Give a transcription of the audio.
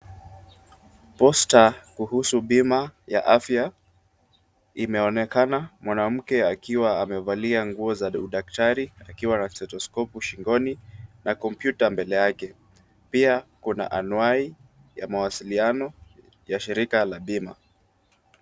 Poster kuhusu bima ya afya imeonekana mwanamke akiwa amevalia nguo za udaktari, akiwa na telescope shingoni na kompyuta mbele yake, pia kuna anwani ya mawasiano ya shirika la bima.